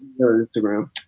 instagram